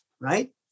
right